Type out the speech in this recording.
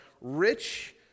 rich